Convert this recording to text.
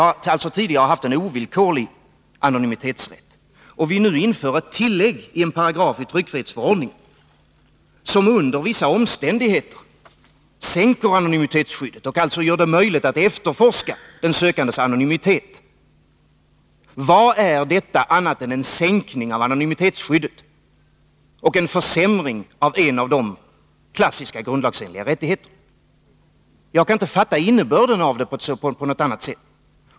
Men om vi tidigare har haft en ovillkorlig anonymitetsrätt och Onsdagen den vi nu inför ett tillägg i en paragraf i tryckfrihetsförordningen, som under vissa 10 november 1982 omständigheter sänker anonymitetsskyddet och alltså gör det möjligt att efterforska den sökandes identitet, kan man fråga sig: Vad är detta annat än Vilande grunden sänkning av anonymitetsskyddet och en försämring av en av de klassiska lagsändringar, grundlagsenliga rättigheterna? Jag kan inte fatta innebörden av detta på m.m. något annat sätt.